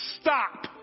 stop